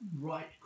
right